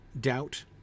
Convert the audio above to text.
doubt